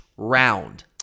Round